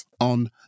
on